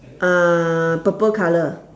uh purple colour